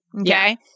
Okay